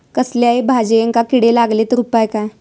कसल्याय भाजायेंका किडे लागले तर उपाय काय?